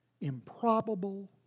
improbable